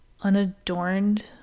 unadorned